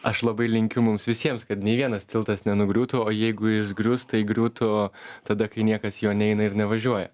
aš labai linkiu mums visiems kad nei vienas tiltas nenugriūtų o jeigu jis grius tai griūtų tada kai niekas juo neina ir nevažiuoja